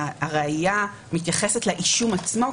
שהראיה מתייחסת לאישום עצמו?